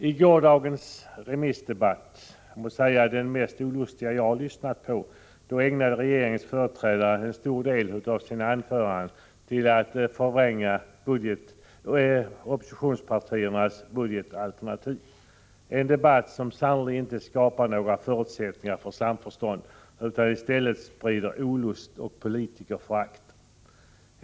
I gårdagens debatt — den mest olustiga jag lyssnat på — ägnade regeringens företrädare en stor del av sina anföranden åt att förvränga oppositionspartiernas budgetalternativ. Det var en debatt som sannerligen inte skapar några förutsättningar för samförstånd utan i stället sprider olust och politikerförakt.